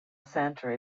center